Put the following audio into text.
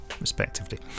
respectively